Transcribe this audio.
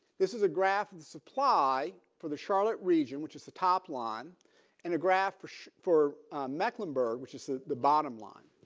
this is a graph of the supply for the charlotte region which is the top line in a graph push for mecklenburg which is the the bottom line